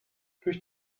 durch